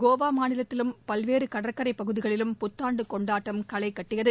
கோவாமாநிலத்திலும் பல்வேறுகடற்கரைபகுதிகளில் புத்தாண்டுகொண்டாட்டம் களைகட்டியது